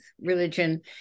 religion